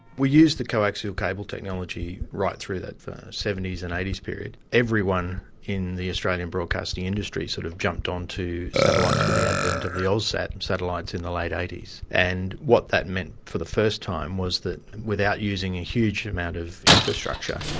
we used the coaxial cable technology right through that seventy s and eighty s period. everyone in the australian broadcasting industry sort of jumped onto satellites with the advent of the aussat and satellites in the late eighty s. and what that meant for the first time was that without using a huge amount of infrastructure,